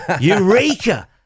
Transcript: eureka